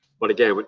but again, but